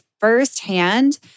firsthand